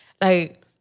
like-